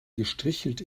gestrichelt